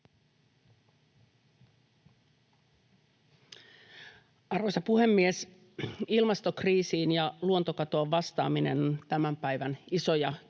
Arvoisa puhemies! Ilmastokriisiin ja luontokatoon vastaaminen on tämän päivän isoja kysymyksiä,